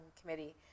committee